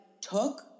took